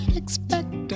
expect